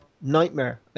Nightmare